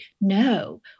No